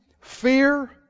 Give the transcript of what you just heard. fear